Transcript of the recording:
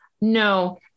no